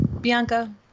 Bianca